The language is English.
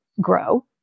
grow